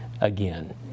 again